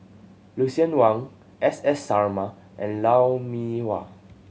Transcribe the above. Lucien Wang S S Sarma and Lou Mee Wah